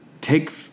Take